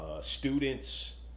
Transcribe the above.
students